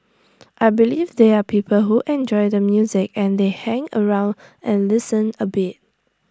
I believe there are people who enjoy the music and they hang around and listen A bit